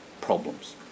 problems